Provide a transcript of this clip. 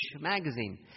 magazine